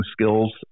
skills